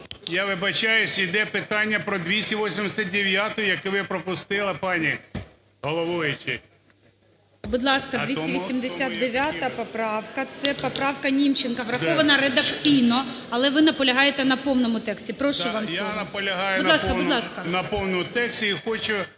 Я вибачаюсь, йде питання про 289-у, яку ви пропустили, пані головуюча. ГОЛОВУЮЧИЙ. Будь ласка, 289 поправка, це поправка Німченка, врахована редакційно. Але ви наполягаєте на повному тексті? Прошу вас, будь ласка, будь ласка.